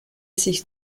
sich